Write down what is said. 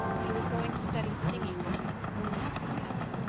he was going to study singing only for his health.